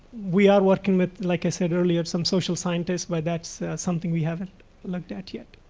we are working with, like i said earlier, some social scientists but that's something we haven't looked at yet.